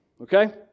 okay